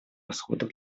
расходов